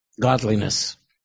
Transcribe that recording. godliness